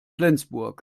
flensburg